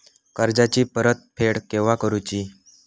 कर्जाची परत फेड केव्हा करुची?